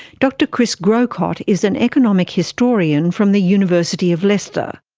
dr chris grocott is an economic historian from the university of leicester.